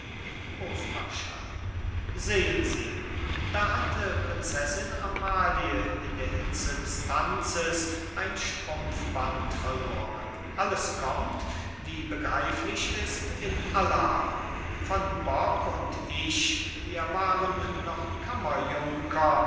hofmarschall sehen sie da hatte prinzessin amalie in der hitze des tanzes ein strumpfband verloren alles kommt wie befreiflich ist in allarm von bock und ich wir waren noch